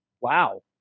wow